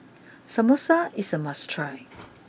Samosa is a must try